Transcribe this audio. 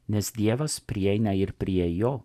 nes dievas prieina ir prie jo